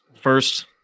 first